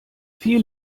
viel